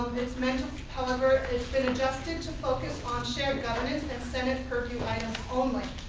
it's meant however it's been adjusted to focus on shared governance and senate purview items only.